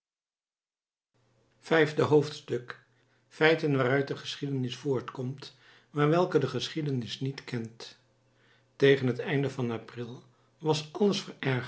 vijfde hoofdstuk feiten waaruit de geschiedenis voortkomt maar welke de geschiedenis niet kent tegen het einde van april was